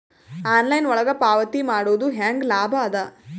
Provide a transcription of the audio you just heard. Online ಒಳಗ ಪಾವತಿ ಮಾಡುದು ಹ್ಯಾಂಗ ಲಾಭ ಆದ?